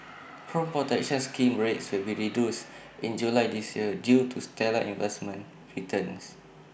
home protection scheme rates will be reduced in July this year due to stellar investment returns